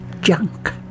junk